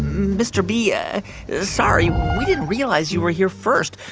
mr. bee, ah sorry. we didn't realize you were here first.